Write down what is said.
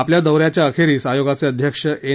आपल्या दौ याच्या अखेरीस आयोगाचे अध्यक्ष एन